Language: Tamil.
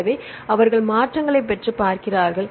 எனவே அவர்கள் மாற்றங்களைப் பெற்றுப் பார்க்கிறார்கள்